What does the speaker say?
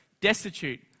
destitute